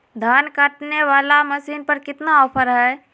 धान काटने वाला मसीन पर कितना ऑफर हाय?